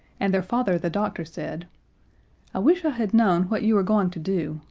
and their father the doctor said i wish i had known what you were going to do!